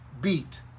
beat